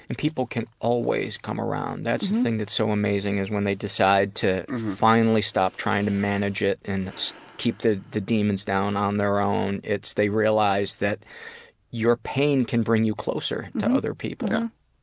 and people can always come around. that's the thing that's so amazing is when they decide to finally stop trying to manage it and keep the the demons down on their own, they realize that your pain can bring you closer to other people.